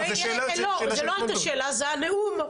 זאת לא הייתה שאלה, זה היה נאום.